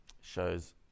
shows